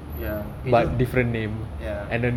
ya it's just ya